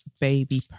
baby